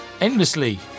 endlessly